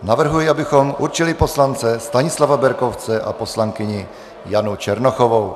Navrhuji, abychom určili poslance Stanislava Berkovce a poslankyni Janu Černochovou.